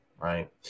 right